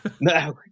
No